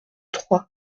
trois